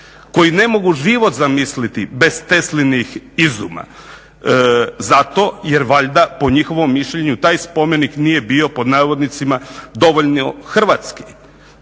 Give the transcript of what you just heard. koji ne mogu život zamisliti bez Teslinih izuma. Zato jer valjda po njihovom mišljenju taj spomenik nije bio "dovoljno hrvatski".